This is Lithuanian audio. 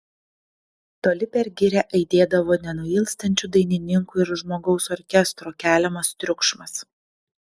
toli per girią aidėdavo nenuilstančių dainininkų ir žmogaus orkestro keliamas triukšmas